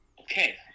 okay